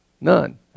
None